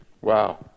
Wow